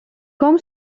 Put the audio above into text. com